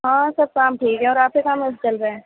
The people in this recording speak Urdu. ہاں سب کام ٹھیک ہے اور آپ کے کام کیسے چل رہے ہیں